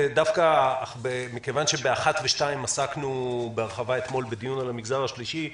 מכיוון שאתמול עסקנו בהרחבה בדיון על המגזר השלישי,